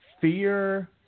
fear